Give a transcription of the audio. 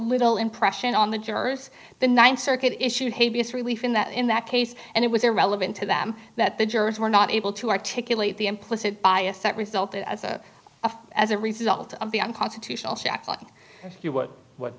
little impression on the jurors the ninth circuit issued a b s relief in that in that case and it was irrelevant to them that the jurors were not able to articulate the implicit bias that resulted as a as a result of the unconstitutional shackling you would what